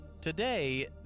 Today